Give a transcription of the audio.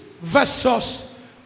versus